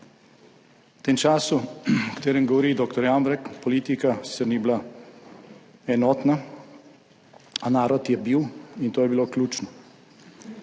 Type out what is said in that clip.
V tem času, o katerem govori dr. Jambrek, politika sicer ni bila enotna, a narod je bil. In to je bilo ključno.